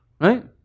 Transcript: Right